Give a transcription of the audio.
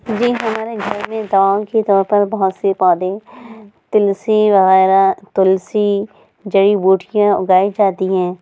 جی ہمارے گھر میں دواؤں كے طور پر بہت سے پودے تلسی وغیرہ تلسی جڑی بوٹیاں اگائی جاتی ہیں